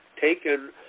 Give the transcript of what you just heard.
taken